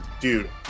dude